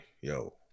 Yo